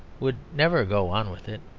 would never go on with it.